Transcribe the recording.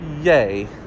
Yay